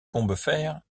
combeferre